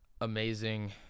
amazing